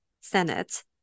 senate